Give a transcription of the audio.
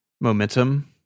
momentum